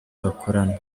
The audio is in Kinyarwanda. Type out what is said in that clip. bakorana